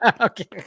Okay